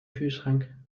kühlschrank